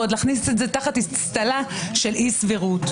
ועוד להכניס את זה תחת אצטלה של אי-סבירות.